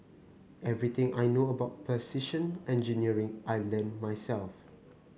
everything I know about precision engineering I learnt myself